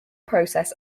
process